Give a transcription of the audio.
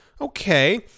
Okay